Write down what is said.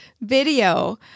video